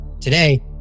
Today